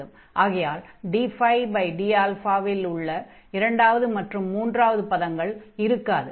ஆகையால் dd இல் உள்ள இரண்டாவது மற்றும் மூன்றாவது பதங்கள் இருக்காது